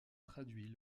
traduit